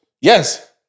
yes